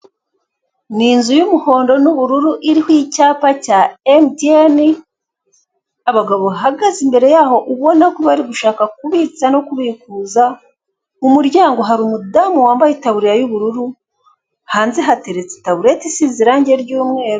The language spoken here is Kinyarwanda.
Ni inzu y'umuhondo n'ubururu iri mu cyapa cya emutiyeni, abagabo bahagaze imbere yaho ubona ko barigushaka kubitsa no kubikuza, mu muryango hari umudamu wambaye itaburiya y'ubururu, hanze hateretse itabureti isize irange ry'umweru.